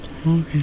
Okay